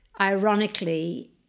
Ironically